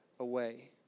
Away